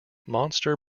monster